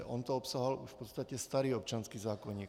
On to obsahoval v podstatě už starý občanský zákoník.